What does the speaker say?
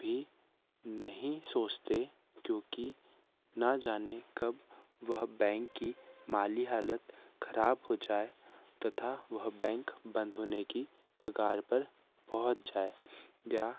भी नहीं सोचते क्योंकि ना जाने कब वह बैंक की माली हालत खराब हो जाए तथा वह बैंक बंद होने की कगार पर पहुंच जाए या